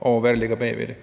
over, hvad der ligger bag ved det.